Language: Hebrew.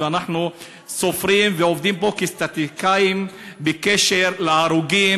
אנחנו סופרים ועובדים פה כסטטיסטיקאים בקשר להרוגים